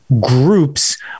groups